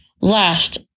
last